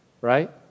right